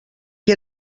que